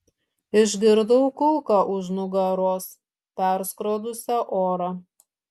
išgirdau kulką už nugaros perskrodusią orą